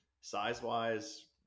size-wise –